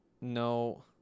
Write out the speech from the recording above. No